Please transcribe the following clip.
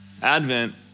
Advent